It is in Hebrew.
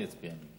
אני אצביע נגד.